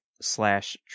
slash